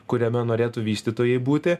kuriame norėtų vystytojai būti